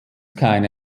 keine